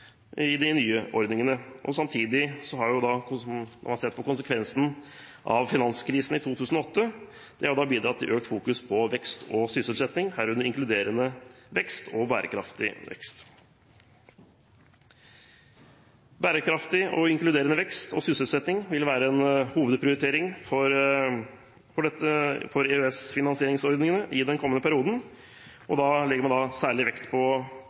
for de nye ordningene. Samtidig har man sett på konsekvensene av finanskrisen i 2008. Det har bidratt til økt fokus på vekst og sysselsetting, herunder inkluderende vekst og bærekraftig vekst. Bærekraftig og inkluderende vekst og sysselsetting vil være en hovedprioritering for EØS-finansieringsordningene i den kommende perioden. Da legger man særlig vekt på